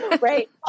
Right